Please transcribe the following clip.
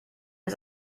ist